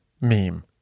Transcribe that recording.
meme